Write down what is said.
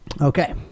Okay